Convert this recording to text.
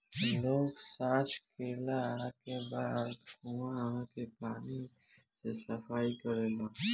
लोग सॉच कैला के बाद कुओं के पानी से सफाई करेलन